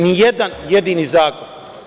Ni jedan jedini zakon.